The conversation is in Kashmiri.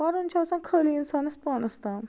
پَرُن چھُ آسان خٲلی اِنسانس پانس تام